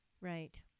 right